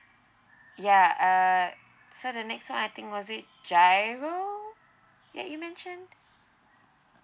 ya err so the next one I think was it G_I_R_O that you mentioned